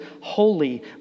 holy